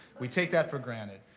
we take that for granted.